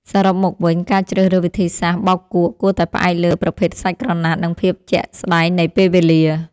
សរុបមកវិញ ការជ្រើសរើសវិធីសាស្ត្របោកគក់គួរតែផ្អែកលើប្រភេទសាច់ក្រណាត់ និងភាពជាក់ស្តែងនៃពេលវេលា។